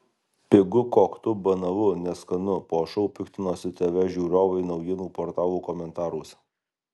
pigu koktu banalu neskanu po šou piktinosi tv žiūrovai naujienų portalų komentaruose